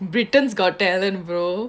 britain's got talent bro